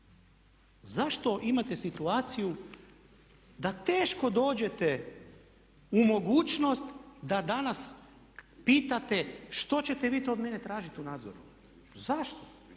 Zašto imate situaciju da teško dođete u mogućnost da danas pitate što ćete vi to od mene tražiti u nadzoru? Zašto?